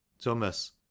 Thomas